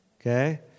okay